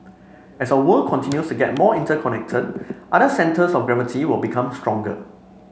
as our world continues to get more interconnected other centres of gravity will become stronger